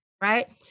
right